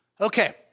Okay